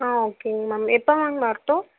ஆ ஓகேங்க மேம் எப்போ மேம் வரட்டும்